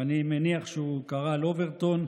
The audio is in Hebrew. ואני מניח שהוא קרא על אוברטון,